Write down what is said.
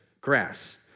grass